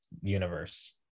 universe